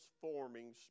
forming